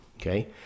okay